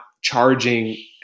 charging